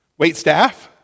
waitstaff